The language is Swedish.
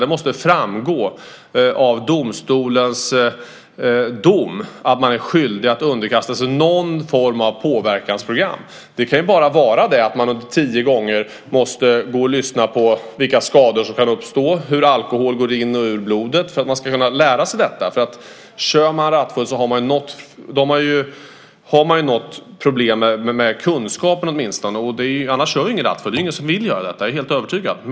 Det måste framgå av domstolens dom att man är skyldig att underkasta sig någon form av påverkansprogram. Det kan till exempel vara bara att man tio gånger måste gå och lyssna på vilka skador som kan uppstå och hur alkohol går in och ut ur blodet för att man ska kunna lära sig detta. Om man kör rattfull så har man ju något problem åtminstone med kunskapen. Annars kör man inte rattfull. Det är ingen som vill göra det; det är jag helt övertygad om.